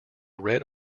red